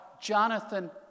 Jonathan